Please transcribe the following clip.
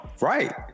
right